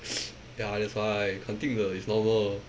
ya that's why 肯定的 it's normal